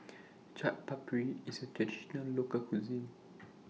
Chaat Papri IS A Traditional Local Cuisine